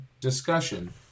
discussion